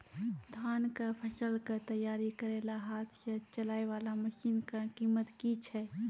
धान कऽ फसल कऽ तैयारी करेला हाथ सऽ चलाय वाला मसीन कऽ कीमत की छै?